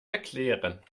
erklären